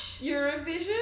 Eurovision